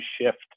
shift